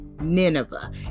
Nineveh